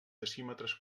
decímetres